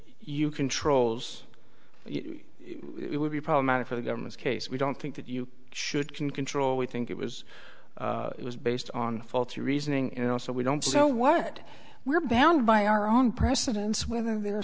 you controls it would be problematic for the government's case we don't think that you should can control we think it was it was based on faulty reasoning it also we don't know what we're bound by our own precedents whether they